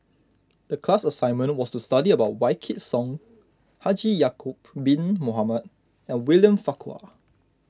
the class assignment was to study about Wykidd Song Haji Ya'Acob Bin Mohamed and William Farquhar